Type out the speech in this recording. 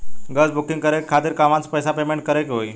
Gas booking करे के खातिर कहवा से पैसा पेमेंट करे के होई?